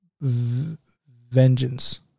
vengeance